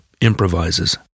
improvises